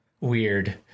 weird